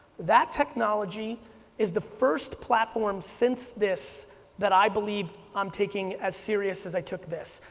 that technology is the first platform since this that i believe i'm taking as serious as i took this.